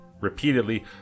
repeatedly